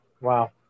Wow